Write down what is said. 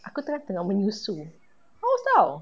aku tengah menyusu haus [tau]